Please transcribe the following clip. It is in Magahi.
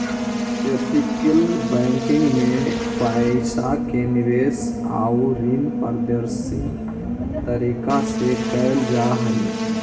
एथिकल बैंकिंग में पइसा के निवेश आउ ऋण पारदर्शी तरीका से कैल जा हइ